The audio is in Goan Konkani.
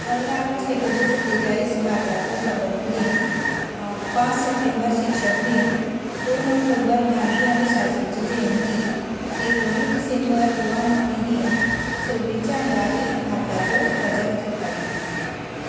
पंदरा ऑगस्ट एकुणीशें सत्तेचाळीस भारताचो स्वतंत्र दिन पांच सप्टेंबर शिक्षक दिन दोन ऑक्टोबर गांधी आनी शात्रींची जयंती एकुणीस डिसेंबर गोवा मूक्ती दिन सव्वीस जानेवारी भारताचो प्रजाकसत्ताक दिन